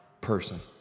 person